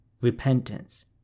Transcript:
repentance